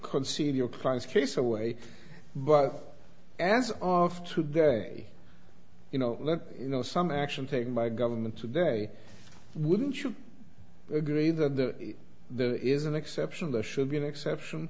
concede your client's case away but as of today you know like you know some action taken by government today wouldn't you agree that there is an exception there should be an exception